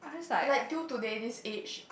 like till today this age